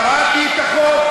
קראתי את החוק.